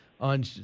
on